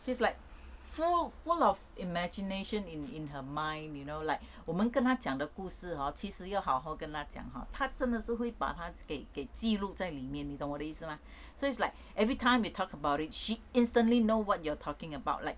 she's like full full of imagination in in her mind you know like 我们跟他讲的故事 hor 其实要好好跟他讲哈他真的是会把他给给记录在里面你懂我的意思 mah so it's like every time you talk about it she instantly know what you're talking about like